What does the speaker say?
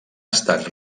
estat